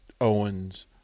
Owens